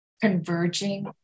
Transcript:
converging